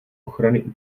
ochrany